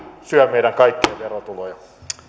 syö meidän kaikkien verotuloja